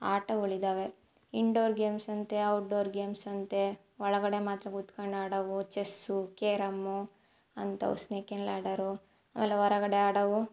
ಆಟಗಳಿದ್ದಾವೆ indoor games ಅಂತೆ outdoor games ಅಂತೆ ಒಳಗಡೆ ಮಾತ್ರ ಕುತ್ಕೊಂಡ್ ಆಡೋವು ಚೆಸ್ಸು ಕೇರಮ್ಮು ಅಂಥವು ಸ್ನೇಕ್ ಆ್ಯಂಡ್ ಲ್ಯಾಡರು ಆಮೇಲ್ ಹೊರಗಡೆ ಆಡೋವು